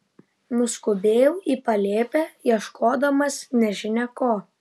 nuskubėjau į palėpę ieškodamas nežinia ko